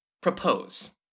propose